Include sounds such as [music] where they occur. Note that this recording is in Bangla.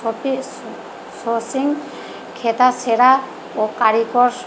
[unintelligible] সোর্সিং খেতা সেরা ও কারিগর